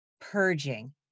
purging